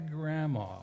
grandma